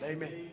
Amen